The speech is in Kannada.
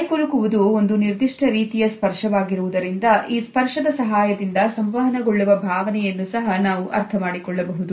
ಕೈ ಕುಲುಕುವುದು ಒಂದು ನಿರ್ದಿಷ್ಟ ರೀತಿಯ ಸ್ಪರ್ಶ ವಾಗಿರುವುದರಿಂದ ಈ ಸ್ಪರ್ಶದ ಸಹಾಯದಿಂದ ಸಂವಹನಗೊಳ್ಳುವ ಭಾವನೆಯನ್ನು ಸಹ ನಾವು ಅರ್ಥಮಾಡಿಕೊಳ್ಳಬಹುದು